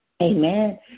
Amen